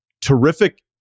terrific